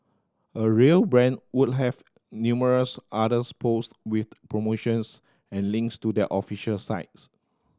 a real brand would have numerous others post with promotions and links to their official sites